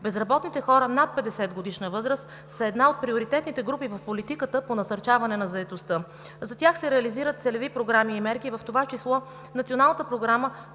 Безработните хора над 50-годишна възраст са една от приоритетните групи в политиката по насърчаване на заетостта. За тях се реализират целеви програми и мерки, в това число Националната програма